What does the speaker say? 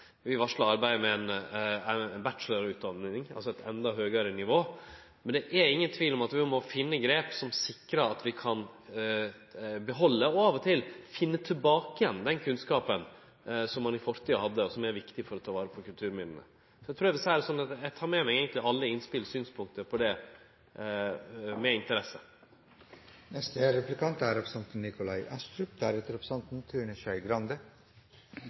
Vi varslar arbeid med ei bachelorutdanning, altså på eit enda høgare nivå. Men det er ingen tvil om at vi må finne grep som sikrar at vi kan behalde og av og til finne tilbake igjen den kunnskapen som ein hadde i fortida, og som er viktig for å ta vare på kulturminna. Eg trur eg vil seie det sånn at eg tar med meg alle innspel og synspunkt med